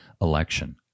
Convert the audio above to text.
election